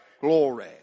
Glory